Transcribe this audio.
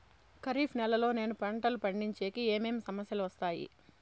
ఖరీఫ్ నెలలో నేను పంటలు పండించేకి ఏమేమి సమస్యలు వస్తాయి?